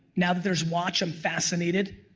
now that there is watch, i'm fascinated.